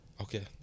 Okay